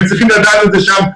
הם צריכים לדעת את זה שם,